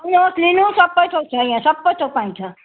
सब थोक छ यहाँ सब थोक पाइन्छ